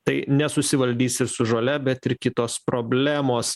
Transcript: tai nesusivaldys ir su žole bet ir kitos problemos